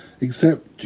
Except